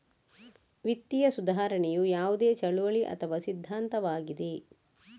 ವಿತ್ತೀಯ ಸುಧಾರಣೆಯು ಯಾವುದೇ ಚಳುವಳಿ ಅಥವಾ ಸಿದ್ಧಾಂತವಾಗಿದೆ